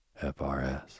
FRS